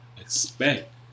expect